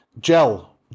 gel